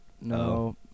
No